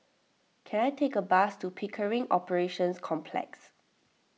can I take a bus to Pickering Operations Complex